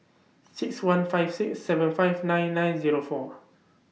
six one five six seven five nine nine Zero four